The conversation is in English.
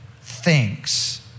thinks